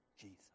Jesus